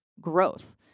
growth